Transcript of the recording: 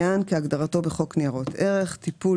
מדוע לא?